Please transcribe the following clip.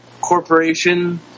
corporation